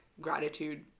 gratitude